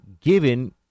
given